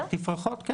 על תפרחות.